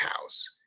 house